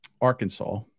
Arkansas